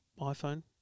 iPhone